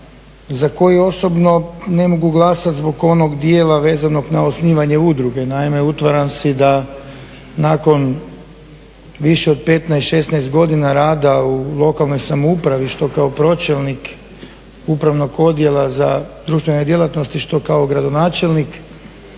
za koji osobno ne mogu glasat zbog onog dijela vezanog na osnivanje udruge. Naime, …/Govornik se ne razumije./… si da nakon više od 15, 16 godina rada u lokalnoj samoupravi, što kao pročelnik upravnog odjela za društvene djelatnosti, što kao gradonačelnik